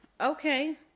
Okay